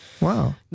Wow